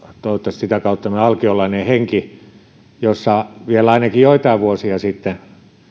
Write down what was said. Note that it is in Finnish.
sitä kautta tämmöinen alkiolainen henki ainakin joitain vuosia sitten